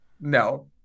No